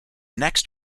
next